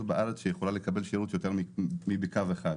בארץ שיכולה לקבל שירות של יותר מקו אחד.